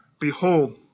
Behold